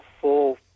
full